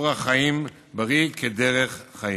אורח חיים בריא כדרך חיים.